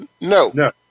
No